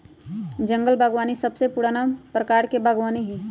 जंगल बागवानी सबसे पुराना प्रकार के बागवानी हई